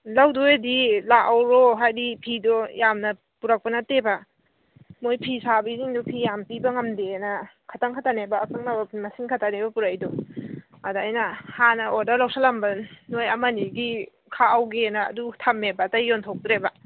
ꯂꯧꯗꯣꯏ ꯑꯣꯏꯗꯤ ꯂꯥꯛꯍꯧꯔꯣ ꯍꯥꯏꯗꯤ ꯐꯤꯗꯣ ꯌꯥꯝꯅ ꯄꯨꯔꯛꯄ ꯅꯠꯇꯦꯕ ꯃꯣꯏ ꯐꯤꯁꯥꯕꯤꯁꯤꯡꯗꯣ ꯐꯤ ꯌꯥꯝ ꯄꯤꯕ ꯉꯝꯗꯦꯅ ꯈꯤꯇꯪ ꯈꯛꯇꯅꯦꯕ ꯑꯀꯛꯅꯕ ꯃꯁꯤꯡ ꯈꯛꯇꯅꯦꯕ ꯄꯨꯔꯛꯏꯗꯣ ꯑꯗ ꯑꯩꯅ ꯍꯥꯟꯅ ꯑꯣꯔꯗꯔ ꯂꯧꯁꯤꯜꯂꯝꯕ ꯅꯣꯏ ꯑꯃ ꯑꯅꯤꯒꯤ ꯈꯥꯛꯍꯧꯒꯦꯅ ꯑꯗꯨ ꯊꯝꯃꯦꯕ ꯑꯇꯩ ꯌꯣꯟꯊꯣꯛꯇ꯭ꯔꯦꯕ